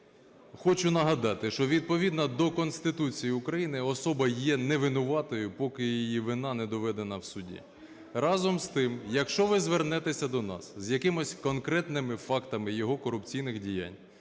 Хочу нагадати, що відповідно до Конституції України особа є невинуватою, поки її вина не доведена в суді. Разом з тим, якщо ви звернетеся до нас з якимись конкретними фактами його корупційних діянь,